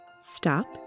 stop